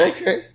Okay